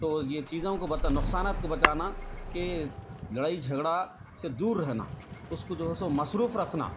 تو یہ چیزوں کو بتا نقصانات کو بچانا کہ لڑائی جھگڑا سے دور رہنا اس کو جو ہے سو مصروف رکھنا